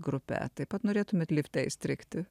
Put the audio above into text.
grupe taip pat norėtumėt life įstrigti